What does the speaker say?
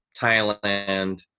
thailand